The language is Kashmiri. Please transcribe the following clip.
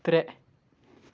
ترٛےٚ